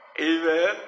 Amen